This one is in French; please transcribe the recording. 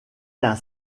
d’un